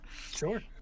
Sure